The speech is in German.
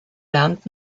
land